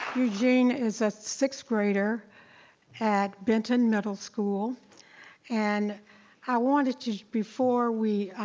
eugene is a sixth grader at benton middle school and i wanted, before we,